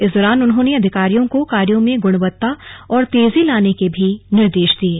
इस दौरान उन्होंने अधिकारियों को कार्यों में गुणवत्ता और तेजी लाने के निर्देश दिये